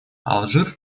алжир